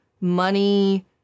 money